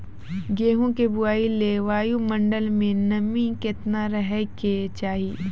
गेहूँ के बुआई लेल वायु मंडल मे नमी केतना रहे के चाहि?